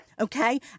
Okay